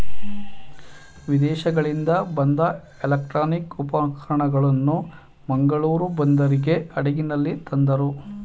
ವಿದೇಶಗಳಿಂದ ಬಂದ ಎಲೆಕ್ಟ್ರಾನಿಕ್ ಉಪಕರಣಗಳನ್ನು ಮಂಗಳೂರು ಬಂದರಿಗೆ ಹಡಗಿನಲ್ಲಿ ತಂದರು